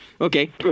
Okay